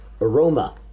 aroma